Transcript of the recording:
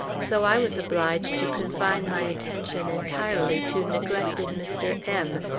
so i was obliged to confine my attention entirely to neglected mr. m,